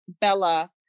Bella